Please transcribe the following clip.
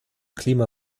klima